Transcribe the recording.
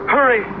Hurry